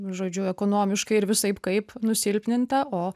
žodžiu ekonomiškai ir visaip kaip nusilpninta o